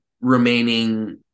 remaining